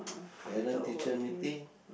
parent teacher meeting